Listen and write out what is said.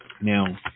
Now